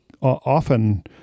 often